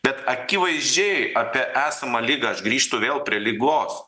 bet akivaizdžiai apie esamą ligą aš grįžtų vėl prie ligos